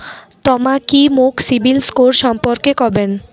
তমা কি মোক সিবিল স্কোর সম্পর্কে কবেন?